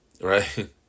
Right